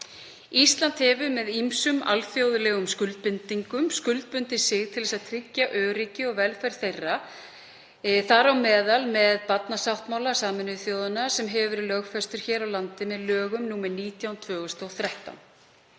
Ísland hefur með ýmsum alþjóðlegum skuldbindingum skuldbundið sig til þess að tryggja öryggi og velferð barna, þar á meðal með barnasáttmála Sameinuðu þjóðanna sem var lögfestur hér á landi með lögum nr. 19/2013.